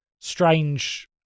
strange